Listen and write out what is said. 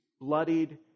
bloodied